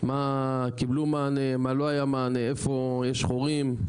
מה קיבלו מענה מה לא היה מענה, איפה יש חורים,